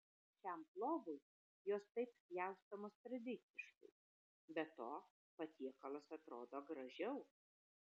šiam plovui jos taip pjaustomos tradiciškai be to patiekalas atrodo gražiau